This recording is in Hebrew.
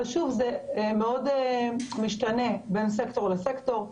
אבל זה מאוד משתנה בין סקטור לסקטור.